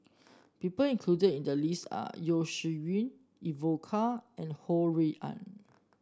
people included in the list are Yeo Shih Yun Evon Kow and Ho Rui An